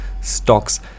stocks